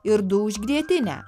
ir du už grietinę